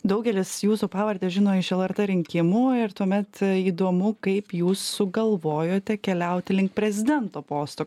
daugelis jūsų pavardę žino iš lrt rinkimų ir tuomet įdomu kaip jūs sugalvojote keliauti link prezidento posto